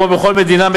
כמו בכל מדינה,